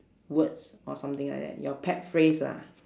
words or something like that your pet phrase lah